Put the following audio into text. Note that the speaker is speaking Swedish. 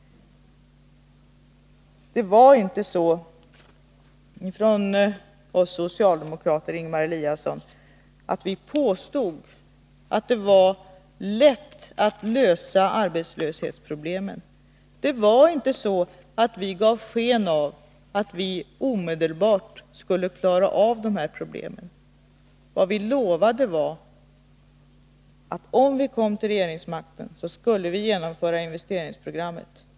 Det var inte så, Ingemar Eliasson, att vi socialdemokrater påstod att det varlätt att lösa arbetslöshetsproblemen. Vi gav inte sken av att vi omedelbart skulle kunna klara av problemen, men vi lovade, att om vi kom till regeringsmakten, skulle vi genomföra investeringsprogrammet.